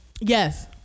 Yes